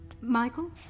Michael